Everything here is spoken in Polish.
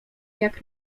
jak